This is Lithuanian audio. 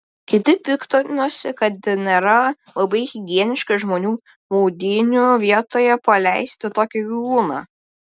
kiti piktinosi kad nėra labai higieniška žmonių maudynių vietoje paleisti tokį gyvūną